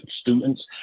students